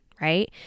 right